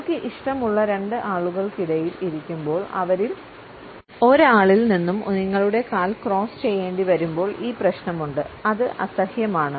നിങ്ങൾക്ക് ഇഷ്ടമുള്ള രണ്ട് ആളുകൾക്കിടയിൽ ഇരിക്കുമ്പോൾ അവരിൽ ഒരാളിൽ നിന്നും നിങ്ങളുടെ കാല് ക്രോസ് ചെയ്യേണ്ടിവരുമ്പോൾ ഈ പ്രശ്നമുണ്ട് അത് അസഹ്യമാണ്